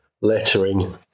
lettering